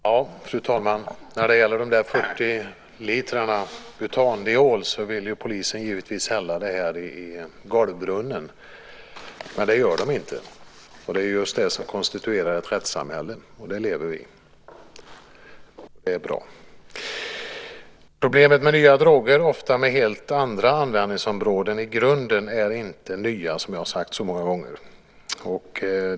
Herr talman! När det gäller dessa 40 liter butandiol vill polisen givetvis hälla den i golvbrunnen. Men det gör man inte. Och det är just det som konstituerar ett rättssamhälle, och det lever vi i. Det är bra. Problemet med nya droger, ofta med helt andra användningsområden i grunden, är inte nya, som jag har sagt så många gånger.